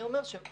זה לא אני.